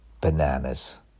bananas